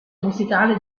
musicale